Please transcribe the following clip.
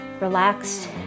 relaxed